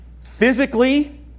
physically